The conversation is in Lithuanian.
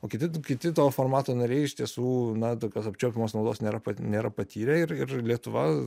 o kiti du kiti to formato nariai iš tiesų na tokios apčiuopiamos naudos nėra nėra patyrę ir ir lietuva